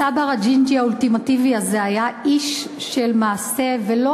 הצבר הג'ינג'י האולטימטיבי הזה היה איש של מעשה ולא